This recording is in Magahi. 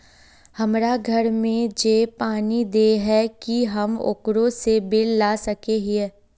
हमरा घर में जे पानी दे है की हम ओकरो से बिल ला सके हिये?